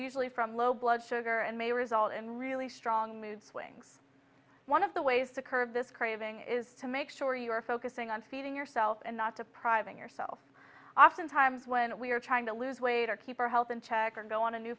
usually from low blood sugar and may result in really strong mood swings one of the ways to curve this craving is to make sure you are focusing on feeding yourself and not depriving yourself oftentimes when we are trying to lose weight or keep our health in check or go on a new